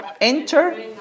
enter